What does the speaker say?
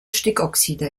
stickoxide